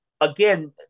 again